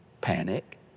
panic